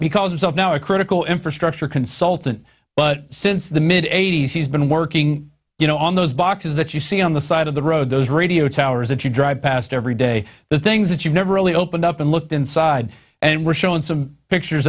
because as of now a critical infrastructure consultant but since the mid eighty's he's been working you know on those boxes that you see on the side of the road those radio towers that you drive past every day the things that you've never really opened up and looked inside and we're showing some pictures